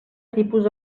tipus